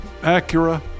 Acura